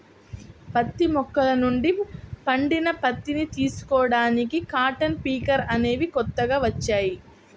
పత్తి మొక్కల నుండి పండిన పత్తిని తీసుకోడానికి కాటన్ పికర్ అనేవి కొత్తగా వచ్చాయి